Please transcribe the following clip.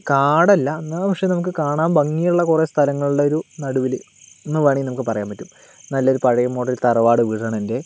കാടല്ല എന്നാൽ പക്ഷെ നമുക്ക് കാണാന് ഭംഗിയുള്ള കുറേ സ്ഥലങ്ങളുടെ ഒരു നടുവിൽ എന്നു വേണമെങ്കിൽ നമുക്ക് പറയാന് പറ്റും നല്ല ഒരു പഴയ മോഡല് തറവാട് വീടാണ് എന്റെ